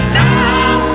down